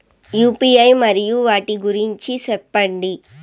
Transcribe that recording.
UPI మరియు వాటి గురించి సెప్పండి?